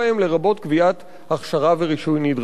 לרבות קביעת הכשרה ורישוי נדרשים.